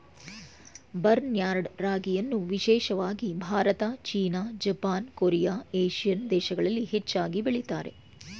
barnyard ರಾಗಿಯನ್ನು ವಿಶೇಷವಾಗಿ Bharat, China, Japan, Korea, Asian ದೇಶಗಳಲ್ಲಿ ಹೆಚ್ಚಾಗಿ ಬೆಳಿತಾರೆ